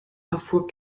erfuhr